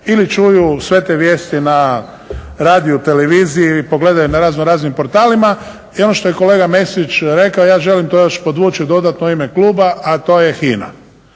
ili čuju sve te vijesti na radiju, televiziji, pogledaju na raznoraznim portalima. I ono što je kolega Mesić rekao ja želim to još podvući i dodatno u ime kluba, a to je HINA.